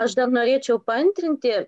aš dar norėčiau paantrinti